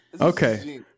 Okay